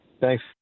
Thanks